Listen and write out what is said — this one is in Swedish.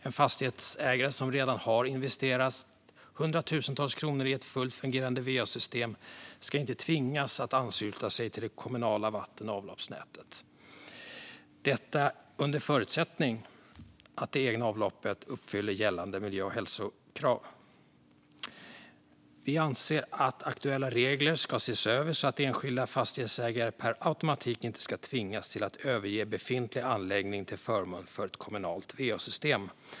En fastighetsägare som redan har investerat hundratusentals kronor i ett fullt fungerande va-system ska inte tvingas att ansluta sig till det kommunala vatten och avloppsnätet, under förutsättning att det egna avloppet uppfyller gällande miljö och hälsokrav. Vi anser att aktuella regler ska ses över så att enskilda fastighetsägare inte per automatik ska tvingas att överge en befintlig anläggning till förmån för ett kommunalt va-system.